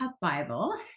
Bible